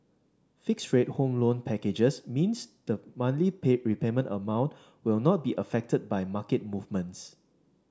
fixed rate home loan packages means the monthly pay repayment amount will not be affected by market movements